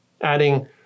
adding